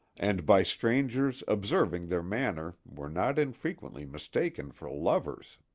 and by strangers observing their manner were not infrequently mistaken for lovers.